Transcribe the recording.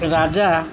ରାଜା